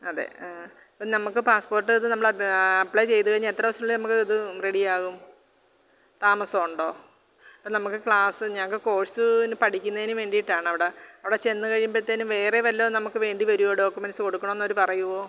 അതേ നമ്മള്ക്ക് പാസ്പോര്ട്ട് ഇത് നമ്മള് അപ്ലൈ ചെയ്തു കഴിഞ്ഞ് എത്ര ദിവസത്തിനുള്ളില് നമുക്ക് ഇത് റെഡി ആകും താമസം ഉണ്ടോ അപ്പോള് നമ്മള്ക്ക് ക്ലാസ് ഞങ്ങള്ക്ക് കോഴ്സിനു പഠിക്കുന്നതിന് വേണ്ടിയിട്ടാണ് അവിടെ അവിടെ ചെന്നുകഴിയുമ്പോഴത്തേനും വേറെ വല്ലതും നമുക്ക് വേണ്ടി വരുമോ ഡോക്യൂമെന്സ് കൊടുക്കണമെന്ന് അവര് പറയുമോ